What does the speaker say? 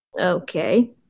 Okay